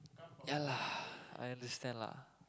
ya lah I understand lah